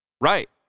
Right